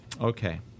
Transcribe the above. Okay